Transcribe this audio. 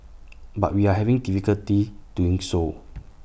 but we are having difficulty doing so